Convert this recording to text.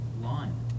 line